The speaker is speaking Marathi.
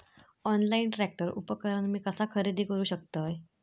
ऑनलाईन ट्रॅक्टर उपकरण मी कसा खरेदी करू शकतय?